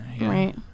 right